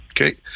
Okay